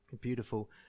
beautiful